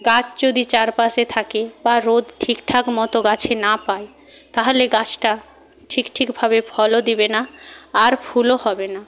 গাছ যদি চারপাশে থাকে বা রোদ ঠিকঠাক মতো গাছে না পায় তাহলে গাছটা ঠিক ঠিকভাবে ফলও দেবে না আর ফুলও হবে না